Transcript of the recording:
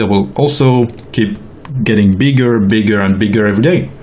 ah will also keep getting bigger bigger and bigger every day.